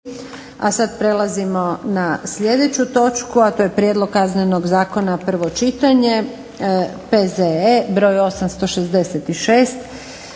A sada prelazimo na sljedeću točku, a to je - Prijedlog Kaznenog zakona, prvo čitanje, P.Z.E. broj 866